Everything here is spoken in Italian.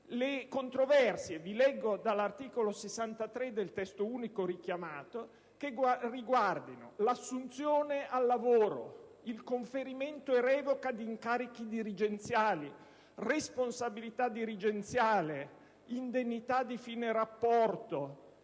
le controversie - leggo testualmente dall'articolo 63 del testo unico richiamato - che riguardino l'assunzione al lavoro, il conferimento e revoca di incarichi dirigenziali, la responsabilità dirigenziale, l'indennità di fine rapporto,